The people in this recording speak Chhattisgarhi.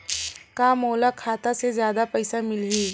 का मोला खाता से जादा पईसा मिलही?